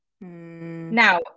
Now